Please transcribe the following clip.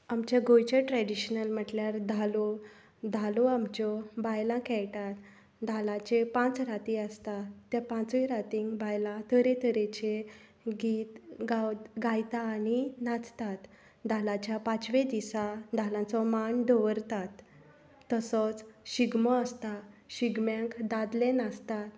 आमचें गोंयचें ट्रेडिशनल म्हणल्यार धालो धालो आमच्यो बायलां खेळटता धालांचे पांच राती आसता त्या पांचूय रातींक बायलां तरेतरेचें गीत गायतात आनी नाचतात धालांच्या पांचव्या दिसा धालांचो मांड दवरतात तसोच शिगमो आसता शिगम्याक दादले नाचतात